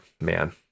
man